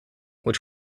which